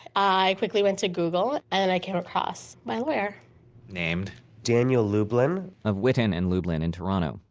i quickly went to google, and i came across my lawyer named, daniel lublin of whitten and lublin in toronto.